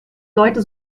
leute